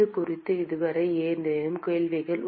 இது குறித்து இதுவரை ஏதேனும் கேள்விகள்